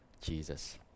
Jesus